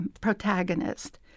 protagonist